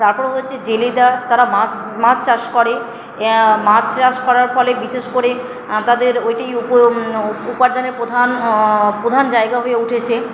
তারপর হচ্ছে জেলেরা তারা মাছ মাছ চাষ করে মাছ চাষ করার ফলে বিশেষ করে তাদের ওইটাই উপ উপার্জনের প্রধান প্রধান জায়গা হয়ে উঠেছে